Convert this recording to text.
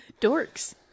Dorks